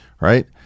right